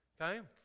Okay